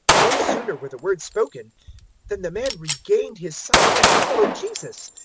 no sooner were the words spoken than the man regained his sight and followed jesus,